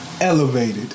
elevated